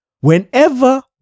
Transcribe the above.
whenever